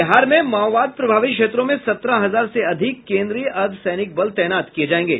बिहार में माओवाद प्रभावित क्षेत्रों में सत्रह हजार से अधिक केन्द्रीय अर्द्ध सैनिक बल तैनात किए जाएंगे